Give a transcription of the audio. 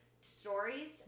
stories